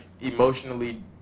emotionally